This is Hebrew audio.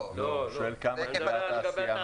לא, הוא רוצה לדעת לגבי התעשייה.